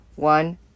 One